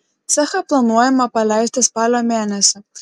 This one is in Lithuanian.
cechą planuojama paleisti spalio mėnesį